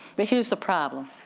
but here's the problem,